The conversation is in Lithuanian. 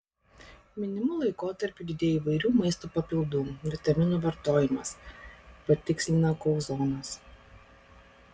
minimu laikotarpiu didėja įvairių maisto papildų vitaminų vartojimas patikslina kauzonas